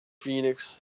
Phoenix